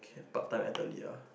part time athlete lah